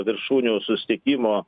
viršūnių susitikimo